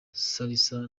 salsa